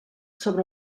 sobre